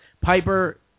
Piper